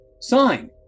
sign